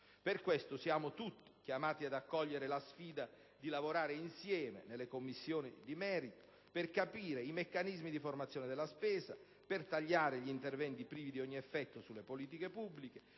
Per questo siamo tutti chiamati ad accogliere la sfida di lavorare insieme nelle Commissioni di merito per capire i meccanismi di formazione della spesa e per tagliare gli interventi privi di ogni effetto sulle politiche pubbliche.